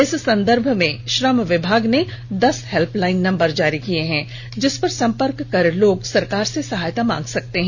इस संदर्भ में श्रम विभाग ने दस हेल्पलाइन नंबर जारी किये हैं जिस पर संपर्क कर लोग सरकार से सहायता मांग सकते हैं